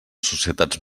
societats